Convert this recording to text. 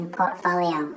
portfolio